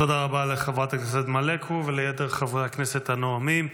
תודה רבה לחברת הכנסת מלקו וליתר חברי הכנסת הנואמים.